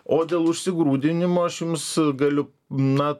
o dėl užsigrūdinimo aš jums galiu na